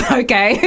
okay